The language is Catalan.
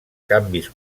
canvis